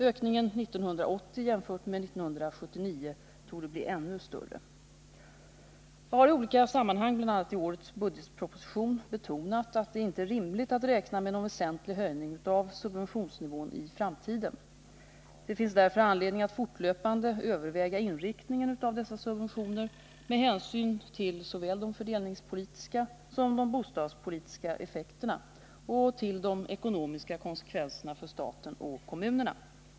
Ökningen år 1980, jämfört med år 1979, torde bli ännu större. Jag har i olika sammanhang, bl.a. i årets budgetproposition , betonat att det inte är rimligt att räkna med någon väsentlig höjning av subventionsnivån i framtiden. Det finns därför anledning att fortlöpande överväga inriktningen av dessa subventioner med hänsyn till såväl de fördelningspolitiska som de bostadspolitiska effekterna och till de ekonomiska konsekvenserna för staten och kommunerna.